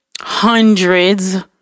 hundreds